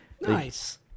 Nice